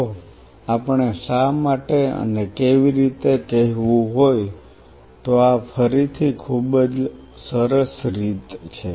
જો આપણે શા માટે અને કેવી રીતે કહેવું હોય તો આ ફરીથી ખૂબ જ સરસ રીતે છે